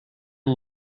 amb